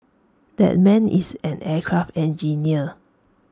that man is an aircraft engineer